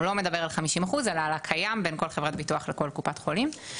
הוא לא מדבר על 50% אלא על הקיים בין כל חברת ביטוח לכל קופת חולים.